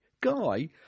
Guy